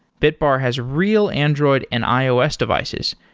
bitbar has real android and ios devices,